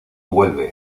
vuelve